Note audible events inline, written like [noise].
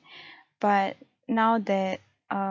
[breath] but now that uh